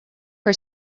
her